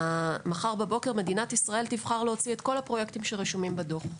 מחר בבוקר מדינת ישראל תבחר להוציא את כל הפרויקטים שרשומים בדוח.